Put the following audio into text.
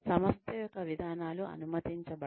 సంస్థ యొక్క విధానాలు అనుమతించబడవు